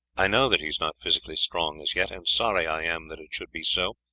i know that he is not physically strong as yet, and sorry i am that it should be so,